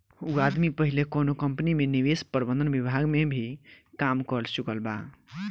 उ आदमी पहिले कौनो कंपनी में निवेश प्रबंधन विभाग में भी काम कर चुकल बा